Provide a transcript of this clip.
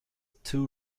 too